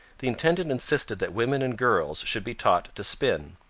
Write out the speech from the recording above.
the intendant insisted that women and girls should be taught to spin.